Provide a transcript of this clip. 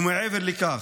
ומעבר לכך,